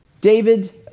David